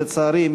לצערי,